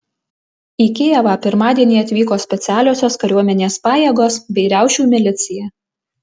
į kijevą pirmadienį atvyko specialiosios kariuomenės pajėgos bei riaušių milicija